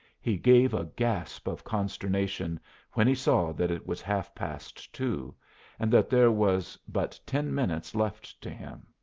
he gave a gasp of consternation when he saw that it was half-past two, and that there was but ten minutes left to him.